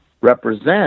represent